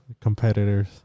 competitors